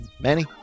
Manny